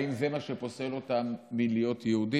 האם זה מה שפוסל אותם מלהיות יהודים?